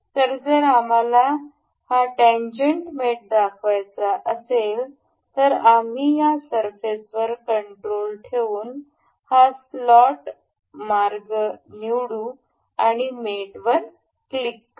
तर जर आम्हाला हा टेनजेन्ट्स मेट दाखवायचा असेल तर आम्ही या सरफेसवर कंट्रोल ठेवून हा स्लॉट मार्ग निवडू आणि मेटवर क्लिक करू